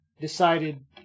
decided